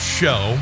show